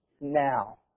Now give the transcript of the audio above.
now